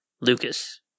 Lucas